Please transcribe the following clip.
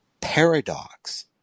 paradox